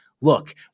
look